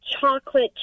chocolate